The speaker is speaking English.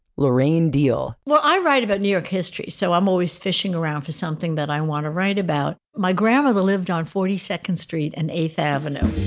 lorraine diehl well, i write about new york history, so i'm always fishing around for something that i want to write about my grandmother lived on forty second street and eighth avenue.